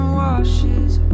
washes